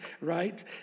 right